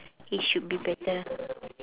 it should be better